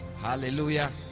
Hallelujah